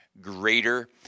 greater